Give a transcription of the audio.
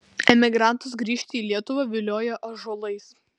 emigrantus grįžti į lietuvą vilioja ąžuolais